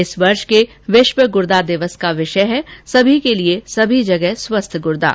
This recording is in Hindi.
इस वर्ष के विश्व गुर्दा दिवस का विषय है सभी के लिए सभी जगह स्वस्थ गुर्दा